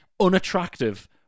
unattractive